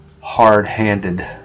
hard-handed